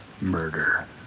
Murder